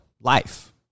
life